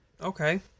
Okay